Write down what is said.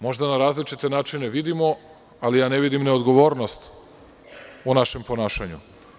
Možda na različite načine vidimo, ali ja ne vidim neodgovornost u našem ponašanju.